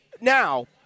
Now